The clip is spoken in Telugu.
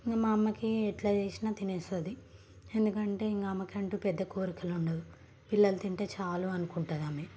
ఇంకా మా అమ్మకి ఎలా చేసినా తినేస్తుంది ఎందుకంటే ఇంకా ఆమెకి అంటూ పెద్ద కోరికలు ఉండవు పిల్లలు తింటే చాలు అనుకుంటుంది ఆమె